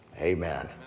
Amen